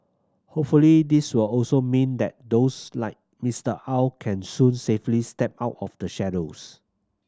hopefully this will also mean that those like Mister Aw can soon safely step out of the shadows